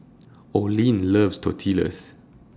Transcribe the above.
Olin loves Tortillas